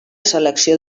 selecció